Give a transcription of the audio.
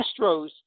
Astros